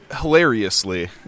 hilariously